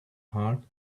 heart